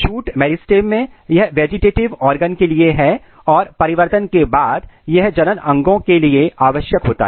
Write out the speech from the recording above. shoot meristem में यह vegetative organ के लिए है और परिवर्तन के बाद यह जनन अंगों के लिए आवश्यक होता है